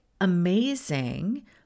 amazing